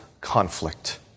conflict